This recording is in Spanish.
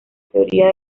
teoría